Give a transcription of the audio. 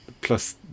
plus